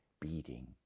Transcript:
beating